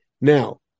Now